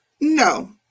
no